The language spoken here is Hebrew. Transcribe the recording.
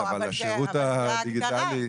אבל השירות הדיגיטלי.